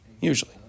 usually